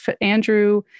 Andrew